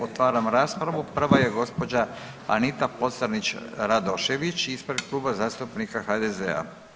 Otvaram raspravu prva je gospođa Anita Pocrnić Radošević ispred Kluba zastupnika HDZ-a.